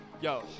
Yo